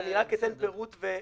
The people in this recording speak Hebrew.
אני רק אתן פירוט והסתייגות.